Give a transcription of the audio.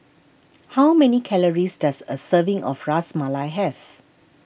how many calories does a serving of Ras Malai have